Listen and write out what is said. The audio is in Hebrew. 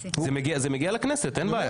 זה מגיע לכנסת אין בעיה.